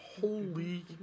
Holy